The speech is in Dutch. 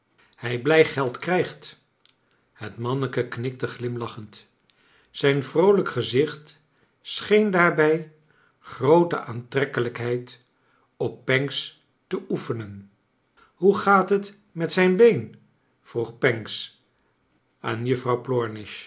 hij blij geld krijgt het manneke knikte glimlachend zijn vroolijk gezicht scheen daarbij groote aantrekkeiijkheid op pancks te oefenen iioe gaat het met zijn been vroeg pancks aan juffrouw